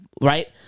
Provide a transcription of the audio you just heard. right